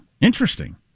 Interesting